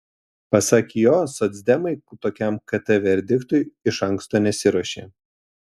pasak jo socdemai tokiam kt verdiktui iš anksto nesiruošė